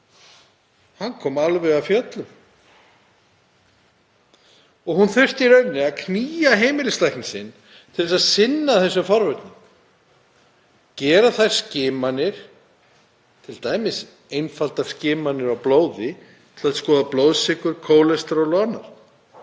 Hann kom alveg af fjöllum og hún þurfti að knýja heimilislækninn sinn til að sinna þessum forvörnum, gera skimanir, t.d. einfaldar skimanir á blóði, til að skoða blóðsykur, kólesteról og annað.